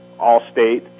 Allstate